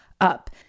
up